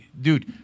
Dude